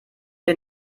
der